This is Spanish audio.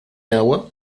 agua